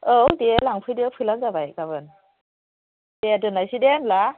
औ दे लांफैदो फैब्लानो जाबाय गाबोन दे दोननोसै दे होनब्ला